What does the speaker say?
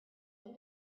have